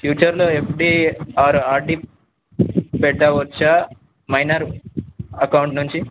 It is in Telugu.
ఫ్యూచర్లో F D or R D పెట్టవచ్చా మైనర్ అకౌంట్ నుంచి